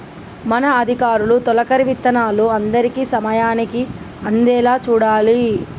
మన అధికారులు తొలకరి విత్తనాలు అందరికీ సమయానికి అందేలా చూడాలి